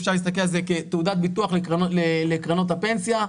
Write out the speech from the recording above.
אפשר להסתכל על זה כתעודת ביטוח לקרנות הפנסיה,